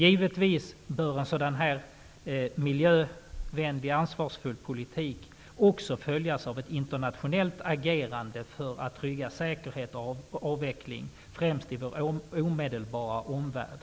Givetvis bör en sådan miljövänlig och ansvarsfull politik också följas av ett internationellt agerande för att trygga säkerhet och avveckling främst i vår omedelbara omvärld.